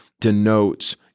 denotes